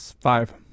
five